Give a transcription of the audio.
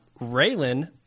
Raylan